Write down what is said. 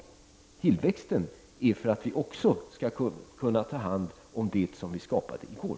När det gäller tillväxten är det således meningen att vi också skall kunna ta hand om det som skapades i går.